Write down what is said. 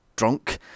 drunk